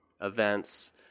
events